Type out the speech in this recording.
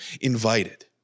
invited